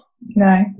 No